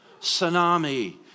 Tsunami